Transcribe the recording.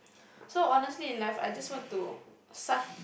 so honestly in life I just want to suck